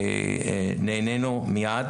פעם שנייה,